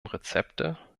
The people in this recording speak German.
rezepte